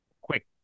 Quick